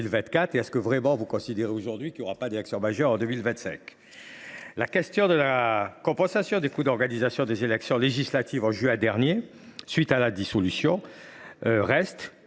La question de la compensation des coûts d’organisation des élections législatives en juin dernier à la suite de la dissolution demeure